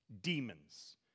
demons